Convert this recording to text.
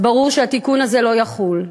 ברור שאז התיקון הזה לא יחול.